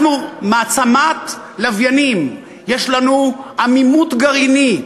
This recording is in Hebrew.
אנחנו מעצמת לוויינים, יש לנו עמימות גרעינית,